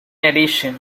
addition